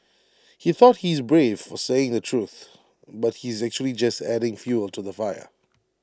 he thought he's brave for saying the truth but he's actually just adding fuel to the fire